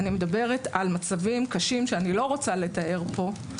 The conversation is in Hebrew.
אני מדברת על מצבים קשים שאני לא רוצה לתאר פה,